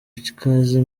ikaze